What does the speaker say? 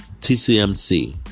TCMC